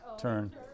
turn